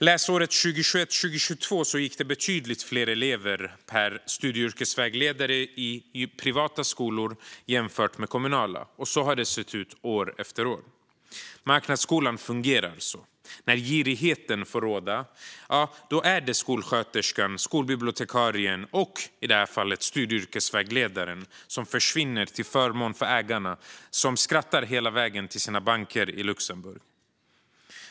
Läsåret 2021-2022 gick det betydligt fler elever per studie och yrkesvägledare i privata skolor jämfört med kommunala. Så har det sett ut år efter år. Marknadsskolan fungerar så. När girigheten får råda är det skolsköterskan, skolbibliotekarien och i det här fallet studie och yrkesvägledaren som försvinner till förmån för ägarna som skrattar hela vägen till sina banker i Luxemburg.